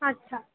अच्छा